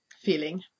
feeling